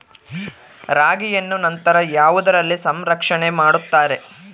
ರಾಗಿಯನ್ನು ನಂತರ ಯಾವುದರಲ್ಲಿ ಸಂರಕ್ಷಣೆ ಮಾಡುತ್ತಾರೆ?